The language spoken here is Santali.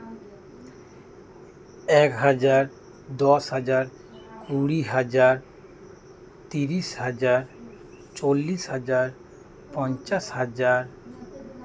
ᱮᱠ ᱦᱟᱡᱟᱨ ᱫᱚᱥ ᱦᱟᱡᱟᱨ ᱠᱩᱲᱤ ᱦᱟᱡᱟᱨ ᱛᱤᱨᱤᱥ ᱦᱟᱡᱟᱨ ᱪᱳᱞᱞᱤᱥ ᱦᱟᱡᱟᱨ ᱯᱚᱧᱪᱟᱥ ᱦᱟᱡᱟᱨ